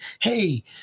hey